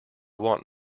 want